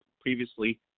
previously